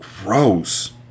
Gross